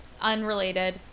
unrelated